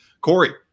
Corey